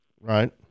Right